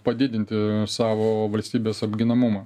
padidinti savo valstybės apginamumą